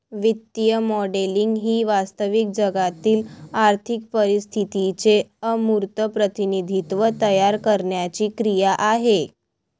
वित्तीय मॉडेलिंग ही वास्तविक जगातील आर्थिक परिस्थितीचे अमूर्त प्रतिनिधित्व तयार करण्याची क्रिया आहे